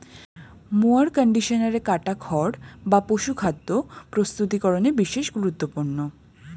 mower কন্ডিশনারে কাটা খড় বা পশুখাদ্য প্রস্তুতিকরনে বিশেষ গুরুত্বপূর্ণ